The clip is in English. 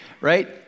right